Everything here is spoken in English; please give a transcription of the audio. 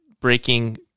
breaking